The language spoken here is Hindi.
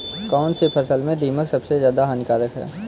कौनसी फसल में दीमक सबसे ज्यादा हानिकारक है?